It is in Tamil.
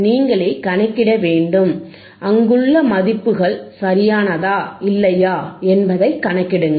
நீங்களே கணக்கிட வேண்டும் அங்குள்ள மதிப்புகள் சரியானதா இல்லையா என்பதைக் கணக்கிடுங்கள்